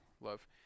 love